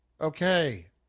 okay